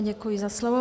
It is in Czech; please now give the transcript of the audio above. Děkuji za slovo.